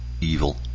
evil